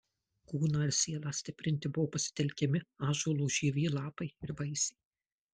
kūną ir sielą stiprinti buvo pasitelkiami ąžuolo žievė lapai ir vaisiai